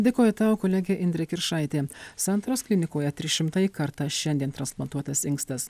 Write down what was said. dėkoju tau kolegė indrė kiršaitė santaros klinikoje trisšimtąjį kartą šiandien transplantuotas inkstas